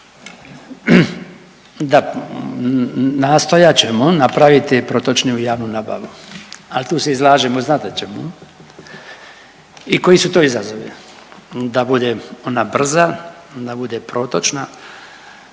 Da, nastojat ćemo napraviti protočniju javnu nabavu, ali tu se izlažemo znate čemu i koji su to izazovi. Da bude ona brza, da bude protočna,